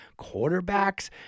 quarterbacks